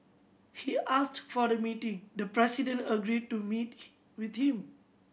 he asked for the meeting the president agreed to meet with him